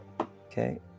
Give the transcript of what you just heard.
okay